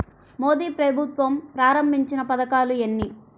మోదీ ప్రభుత్వం ప్రారంభించిన పథకాలు ఎన్ని?